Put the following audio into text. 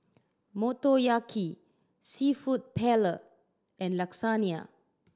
Motoyaki Seafood Paella and Lasagne